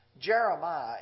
Jeremiah